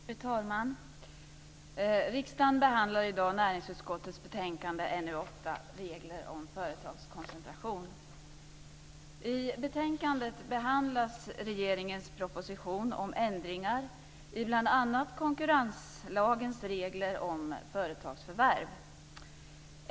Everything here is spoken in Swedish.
Fru talman! Riksdagen behandlar i dag näringsutskottets betänkande NU8, Regler om företagskoncentration. I betänkandet behandlas regeringens proposition om ändringar i bl.a. konkurrenslagens regler om företagsförvärv.